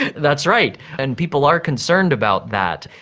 and that's right, and people are concerned about that.